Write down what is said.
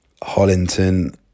Hollington